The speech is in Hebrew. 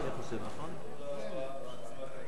תודה רבה